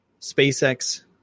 SpaceX